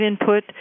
input